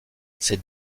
ses